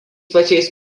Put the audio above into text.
pačiais